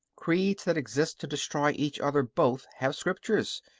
creeds that exist to destroy each other both have scriptures,